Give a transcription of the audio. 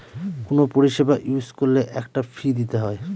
কোনো পরিষেবা ইউজ করলে একটা ফী দিতে হয়